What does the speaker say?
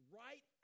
right